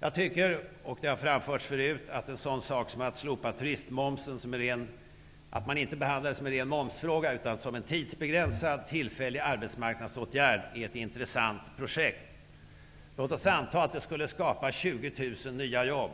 Jag tycker, vilket har framförts förut, att en sådan sak som att slopa turistmomsen och att man inte behandlar den som en ren momsfråga utan som en tidsbegränsad och tillfällig arbetsmarknadsåtgärd är ett intressant projekt. Låt oss anta att det skulle skapa 20 000 nya jobb.